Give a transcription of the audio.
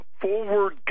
forward